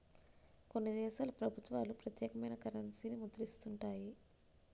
కొన్ని దేశాల ప్రభుత్వాలు ప్రత్యేకమైన కరెన్సీని ముద్రిస్తుంటాయి